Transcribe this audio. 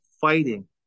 fighting